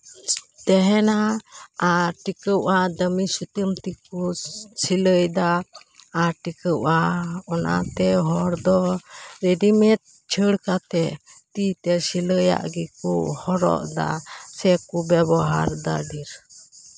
ᱛᱮᱦᱮᱱᱟ ᱟᱨ ᱴᱤᱠᱟᱹᱣᱼᱟ ᱫᱟᱢᱤ ᱥᱩᱛᱟᱹᱢ ᱛᱮᱠᱩ ᱥᱤᱞᱟᱹᱭᱫᱟ ᱟᱨ ᱴᱤᱠᱟᱹᱣᱼᱟ ᱚᱱᱟ ᱛᱮ ᱦᱚᱲ ᱫᱚ ᱨᱮᱰᱤᱢᱮᱴ ᱪᱷᱟᱹᱲ ᱠᱟᱛᱮ ᱛᱤᱛᱮ ᱥᱤᱞᱟᱹᱭᱟᱜ ᱜᱮᱠᱚ ᱦᱚᱨᱚᱜᱼᱫᱟ ᱥᱮᱠᱚ ᱵᱮᱵᱚᱦᱟᱨ ᱮᱫᱟ ᱰᱷᱮᱨ